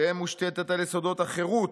תהא מושתתת על יסודות החירות,